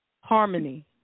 harmony